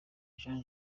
jean